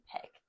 pick